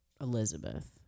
Elizabeth